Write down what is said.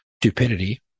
stupidity